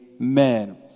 amen